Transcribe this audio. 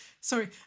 sorry